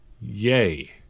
yay